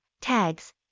tags